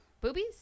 Boobies